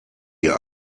ihr